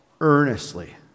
Earnestly